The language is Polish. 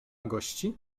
gości